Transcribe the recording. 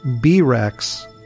B-Rex